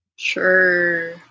Sure